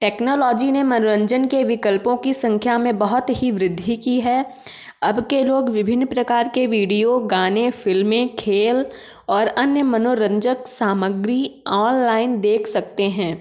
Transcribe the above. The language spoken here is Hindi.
टेक्नोलॉजी ने मनोरंजन के विकल्पों की संख्या में बहुत ही वृद्धि की है अब के लोग विभिन्न प्रकार के वीडियो गाने फ़िल्में खेल और अन्य मनोरंजक सामग्री ऑनलाइन देख सकते हैं